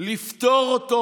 לפטור אותו